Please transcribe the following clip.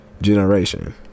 generation